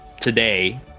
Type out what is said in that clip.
today